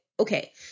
Okay